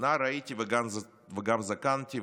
נער הייתי וגם זקנתי,